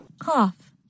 cough